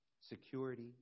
security